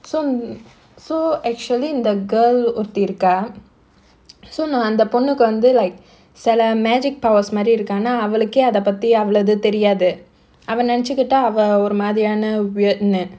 so mm so actually the girl ஒருத்தி இருக்கா:oruthi irukkaa so அந்த பொண்ணுக்கு வந்து:andha ponnukku vandhu like சில:sila magic powers மாரி இருக்கு ஆனா அவளுக்கே அத பத்தி அவளது தெரியாது அவ நெனச்சுக்கிட்டா அவ ஒரு மாறியான:maari irukku aanaa avalukkae atha pathi avalathu theriyathu ava nenachukkittaa ava oru maariyaana weird னு:nu